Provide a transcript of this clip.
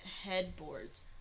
headboards